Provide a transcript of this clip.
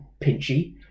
pinchy